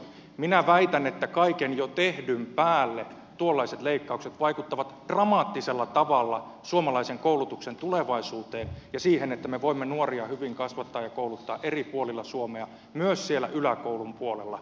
minä väitän että kaiken jo tehdyn päälle tuollaiset leikkaukset vaikuttavat dramaattisella tavalla suomalaisen koulutuksen tulevaisuuteen ja siihen että me voimme nuoria hyvin kasvattaa ja kouluttaa eri puolilla suomea myös yläkoulun puolella